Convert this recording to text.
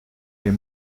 les